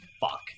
fuck